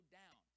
down